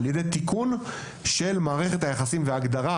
על ידי תיקון של מערכת היחסים ושל ההגדרה